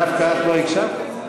דווקא את לא הקשבת?